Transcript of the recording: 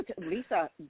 Lisa